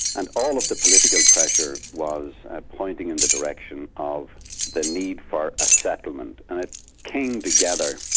and all of the political pressure was pointing in the direction of the need for a settlement. and it came together,